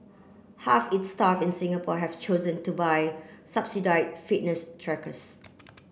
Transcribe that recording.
half its staff in Singapore have chosen to buy subsidise fitness trackers